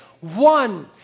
one